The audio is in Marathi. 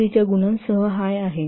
83 च्या गुणांसह हाय आहे